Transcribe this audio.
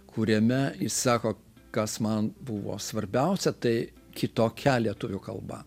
kuriame jis sako kas man buvo svarbiausia tai kitokia lietuvių kalba